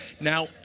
Now